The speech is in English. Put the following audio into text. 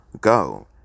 go